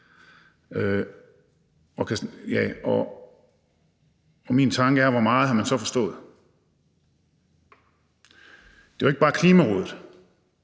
Og min tanke er: Hvor meget har man så forstået? Det er jo ikke bare Klimarådet,